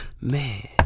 man